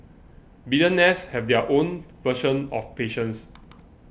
billionaires have their own version of patience